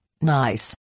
nice